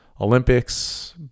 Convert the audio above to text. Olympics